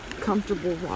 comfortable